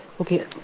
Okay